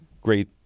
great